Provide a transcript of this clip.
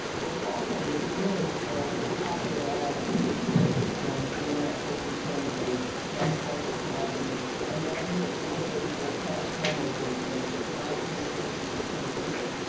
was also the beginnings of the popular ah isp explosion when the internet first became a mass market commodity and the idea of web-based electronic commerce and, and mass communication became real.